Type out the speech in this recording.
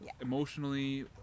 emotionally